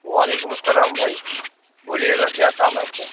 وعلیکم السّلام بھائی بولیے گا کیا کام ہے آپ کا